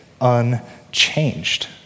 unchanged